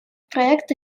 проекта